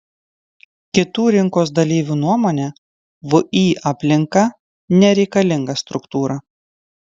kitų rinkos dalyvių nuomone vį aplinka nereikalinga struktūra